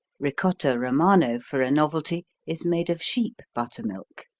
ricotta romano, for a novelty, is made of sheep buttermilk.